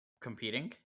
competing